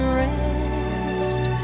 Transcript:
rest